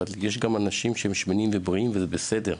אבל יש גם אנשים שהם שמנים ובריאים וזה בסדר,